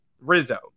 Rizzo